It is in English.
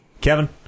Kevin